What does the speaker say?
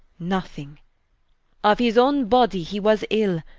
nothing of his owne body he was ill,